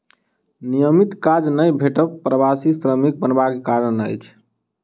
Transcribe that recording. नियमित काज नै भेटब प्रवासी श्रमिक बनबा के कारण अछि